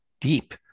deep